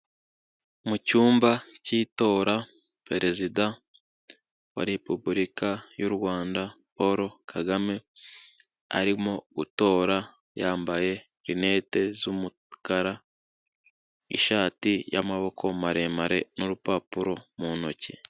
Mu cyumba cy'itora perezida wa Repubulika y'u Rwanda Paul Kagame arimo gutora, yambaye rinete z'umukara, ishati y'amaboko maremare n'urupapuro mu ntoki.